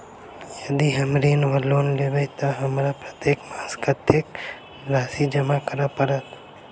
यदि हम ऋण वा लोन लेबै तऽ हमरा प्रत्येक मास कत्तेक राशि जमा करऽ पड़त?